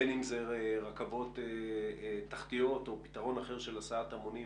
בין אם זה רכבות תחתיות או פתרון אחר של הסעת המונים